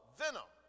venom